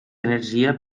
energia